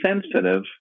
sensitive